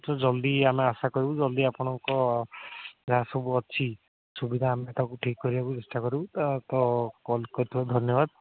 ତ ଜଲଦି ଆମେ ଆଶା କରିବୁ ଜଲଦି ଆପଣଙ୍କ ଯାହା ସବୁ ଅଛି ସୁବିଧା ଆମେ ତା'କୁ ଠିକ୍ କରିବାକୁ ଚେଷ୍ଟା କରିବୁ ତ ତ କଲ୍ କରିଥିବାରୁ ଧନ୍ୟବାଦ